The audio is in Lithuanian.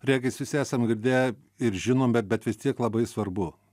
regis visi esam girdėję ir žinom bet bet vis tiek labai svarbu